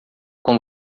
com